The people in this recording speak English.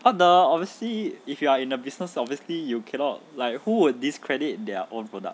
what the obviously if you are in the business obviously you cannot like who would discredit their own product